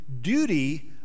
duty